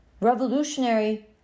revolutionary